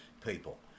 people